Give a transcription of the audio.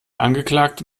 angeklagte